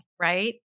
right